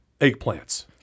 eggplants